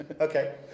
Okay